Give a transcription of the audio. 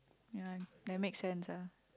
ya that makes sense ah